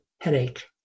headache